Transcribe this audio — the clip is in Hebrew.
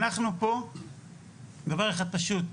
אנחנו פה בשביל דבר אחד פשוט,